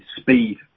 speed